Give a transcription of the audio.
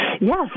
Yes